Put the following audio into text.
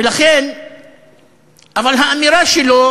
אבל האמירה שלו